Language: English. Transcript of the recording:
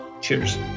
Cheers